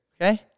Okay